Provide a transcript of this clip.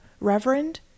reverend